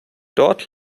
dort